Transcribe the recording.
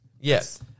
Yes